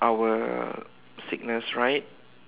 our sickness right